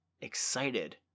excited